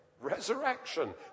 Resurrection